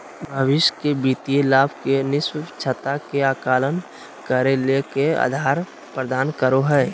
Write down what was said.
भविष्य के वित्तीय लाभ के निष्पक्षता के आकलन करे ले के आधार प्रदान करो हइ?